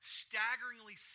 staggeringly